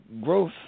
growth